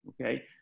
Okay